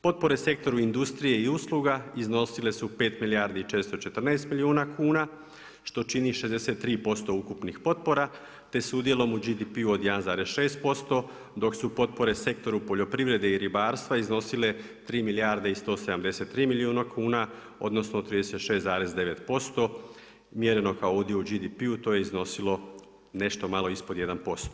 Potpore sektoru industrije i usluga iznosile su 5 milijardi i 414 milijuna kuna, što čini 63% ukupnih potpora, te udjelom u BDP od 1,6% dok su potpore u sektoru poljoprivredi i ribarstva iznosile 3 milijardi i 173 milijuna kuna, odnosno 36,9% mjereno kao udio u BDP-u to je iznosilo nešto manje ispod 1%